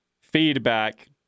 feedback